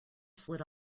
slid